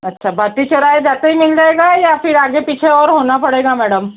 अच्छा बाती चौराहे जाते ही मिल जाएगा या फिर आगे पीछे और होना पड़ेगा मैडम